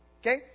Okay